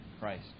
Christ